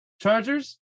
Chargers